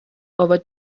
over